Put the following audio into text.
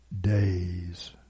days